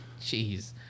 Jeez